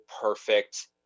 perfect